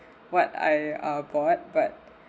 what I uh bought but